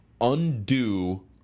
Undo